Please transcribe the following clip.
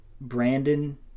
Brandon